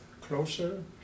closer